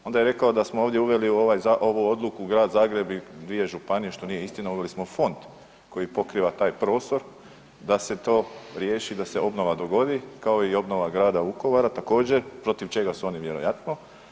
Onda je rekao da smo ovdje uveli ovu odluku Grad Zagreb i dvije županije što nije istina uveli smo fond koji pokriva taj prostor da se to riješi da se obnova dogodi kao i obnova grada Vukovara također protiv čega su oni vjerojatno.